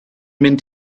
mynd